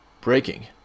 breaking